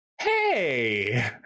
hey